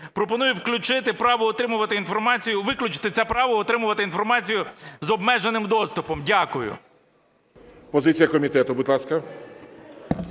інформацію… Виключити це право отримувати інформацію з обмеженим доступом. Дякую.